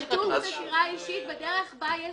כתוב: מסירה אישית בדרך בה יש